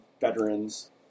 veterans